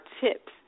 tips